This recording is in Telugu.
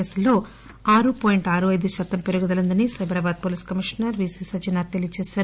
కేసుల్లో ఆరు పాయింట్ ఆరు అయిదు శాతం పెరుగుదల ఉందని Cyberabad police commissioner V C Sajjanar తెలియచేశారు